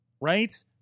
right